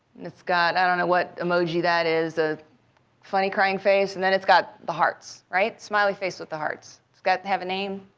and it's got i don't know what emoji that is, a funny crying face and then it's got the hearts, right, smiley face with the hearts. it's got to have a name,